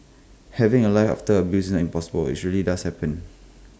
having A life after abuse isn't impossible it's really does happen